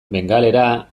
bengalera